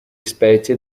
specie